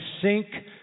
sink